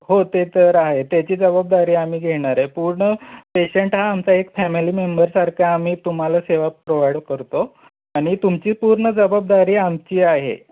हो ते तर आहे त्याची जबाबदारी आम्ही घेणार आहे पूर्ण पेशंट हा आमचा एक फॅमिली मेंबरसारखा आम्ही तुम्हाला सेवा प्रोवाईड करतो आणि तुमची पूर्ण जबाबदारी आमची आहे